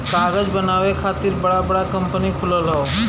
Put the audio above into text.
कागज बनावे खातिर बड़ा बड़ा कंपनी खुलल हौ